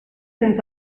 since